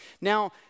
Now